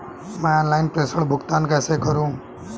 मैं ऑनलाइन प्रेषण भुगतान कैसे करूँ?